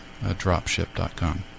Dropship.com